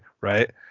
right